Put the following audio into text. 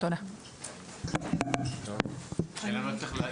נכון להוסיף כאן